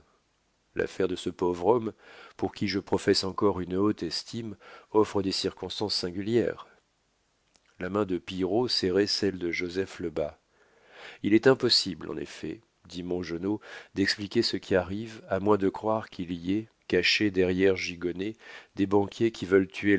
l'affaire de ce pauvre homme pour qui je professe encore une haute estime offre des circonstances singulières la main de pillerault serrait celle de joseph lebas il est impossible en effet dit mongenod d'expliquer ce qui arrive à moins de croire qu'il y ait cachés derrière gigonnet des banquiers qui veulent tuer